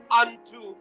unto